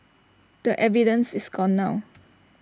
the evidence is gone now